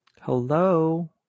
hello